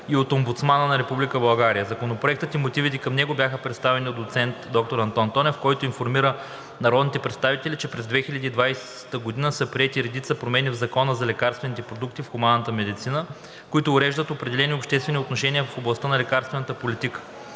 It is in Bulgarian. и от Омбудсмана на Република България. Законопроектът и мотивите към него бяха представени от доцент доктор Антон Тонев, който информира народните представители, че през 2020 г. са приети редица промени в Закона за лекарствените продукти в хуманната медицина, които уреждат определени обществени отношения в областта на лекарствената политика.